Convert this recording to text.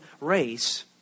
race